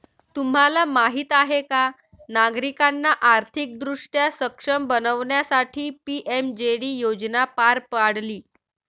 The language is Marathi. तुम्हाला माहीत आहे का नागरिकांना आर्थिकदृष्ट्या सक्षम बनवण्यासाठी पी.एम.जे.डी योजना पार पाडली